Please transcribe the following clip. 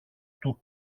του